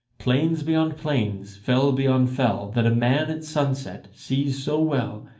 plains beyond plains, fell beyond fell, that a man at sunset sees so well,